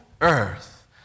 earth